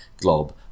glob